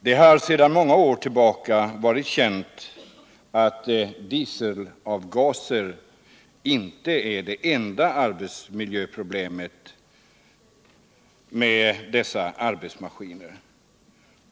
Det har sedan många år tillbaka varit känt att dieselavgaser inte är det enda arbetsmiljöproblemet med dessa arbetsmaskiner.